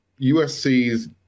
USC's